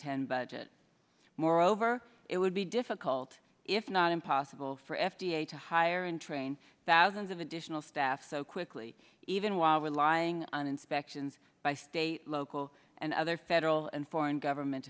ten budget moreover it would be difficult if not impossible for f d a to hire and train thousands of additional staff so quickly even while relying on inspections by state local and other federal and foreign government